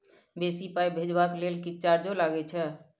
बेसी पाई भेजबाक लेल किछ चार्जो लागे छै?